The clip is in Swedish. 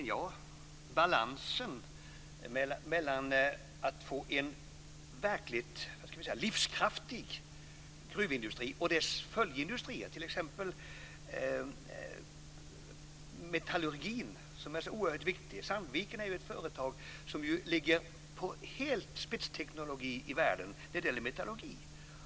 Beträffande balansen mellan att få en verkligt livskraftig gruvindustri och dess följeindustrier, t.ex. metallurgin som är så oerhört viktig så är Sandviken ett spetsföretag som ligger långt fram i världen när det gäller metallurgi.